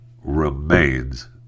remains